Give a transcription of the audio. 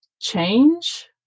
change